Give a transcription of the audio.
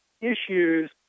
issues